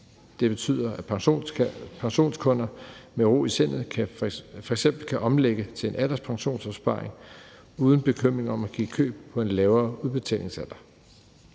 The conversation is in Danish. Det betyder, at pensionskunder med ro i sindet f.eks. kan omlægge til en alderspensionsopsparing uden bekymring om at give køb på en lavere udbetalingsalder.